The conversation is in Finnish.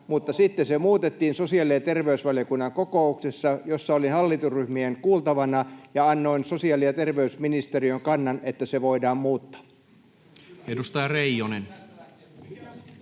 mutta sitten se muutettiin sosiaali- ja terveysvaliokunnan kokouksessa, jossa olin hallitusryhmien kuultavana ja annoin sosiaali- ja terveysministeriön kannan, että se voidaan muuttaa. [Välihuutoja